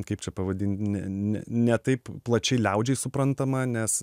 kaip čia pavadint ne ne ne taip plačiai liaudžiai suprantama nes